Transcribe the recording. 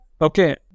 Okay